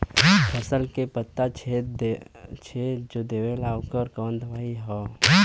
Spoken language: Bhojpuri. फसल के पत्ता छेद जो देवेला ओकर कवन दवाई ह?